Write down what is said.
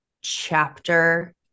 chapter